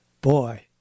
boy